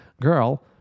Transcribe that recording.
girl